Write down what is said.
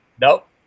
Nope